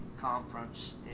conference